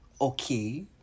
okay